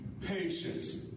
patience